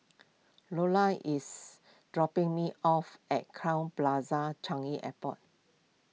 Lolla is dropping me off at Crowne Plaza Changi Airport